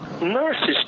nurses